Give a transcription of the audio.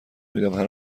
میدمهر